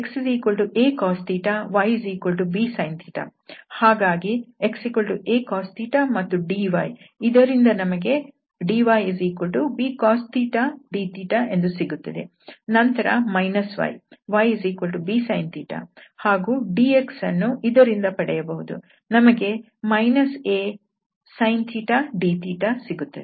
ಹಾಗಾಗಿ xacos ಮತ್ತು dy ಇದರಿಂದ ನಮಗೆ dybcos θ dθ ಎಂದು ಸಿಗುತ್ತದೆ ನಂತರ y ybsin ಹಾಗೂ dxಅನ್ನು ಇದರಿಂದ ಪಡೆಯಬಹುದು ನಮಗೆ asind ದೊರೆಯುತ್ತದೆ